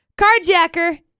Carjacker